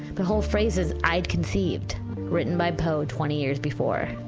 but whole phrases i'd conceived written by poe twenty years before.